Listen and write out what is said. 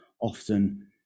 often